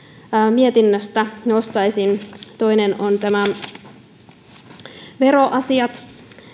mietinnöstä nostan esiin toinen on nämä veroasiat